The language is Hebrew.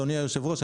אדוני היושב ראש,